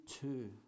two